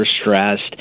stressed